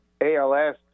ALS